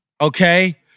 okay